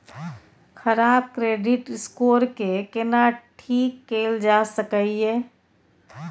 खराब credit score के केना ठीक कैल जा सकै ये?